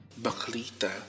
Baklita